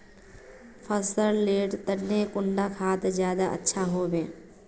फसल लेर तने कुंडा खाद ज्यादा अच्छा हेवै?